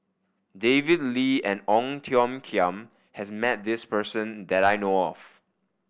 David Lee and Ong Tiong Khiam has met this person that I know of